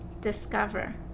discover